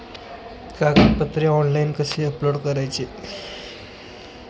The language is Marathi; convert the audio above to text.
कागदपत्रे ऑनलाइन कसे अपलोड करायचे?